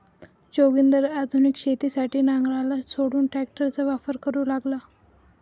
जोगिंदर आधुनिक शेतीसाठी नांगराला सोडून ट्रॅक्टरचा वापर करू लागला